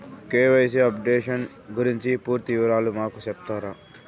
KYC updation గురించి పూర్తి వివరాలు మాకు సెప్తారా?